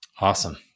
Awesome